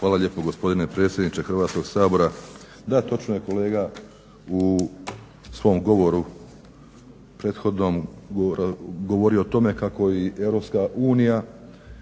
Hvala lijepo. Gospodine predsjedniče Hrvatskog sabora. Da, točno je kolega u svom govoru prethodnom govorio o tome kako i EU i